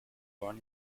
born